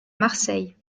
marseille